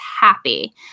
happy